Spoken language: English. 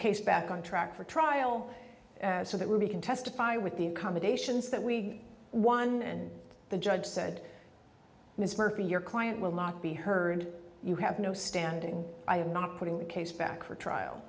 case back on track for trial so that we can testify with the accommodations that we won and the judge said ms murphy your client will not be heard you have no standing i am not putting the case back for trial